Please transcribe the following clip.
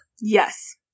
Yes